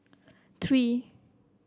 three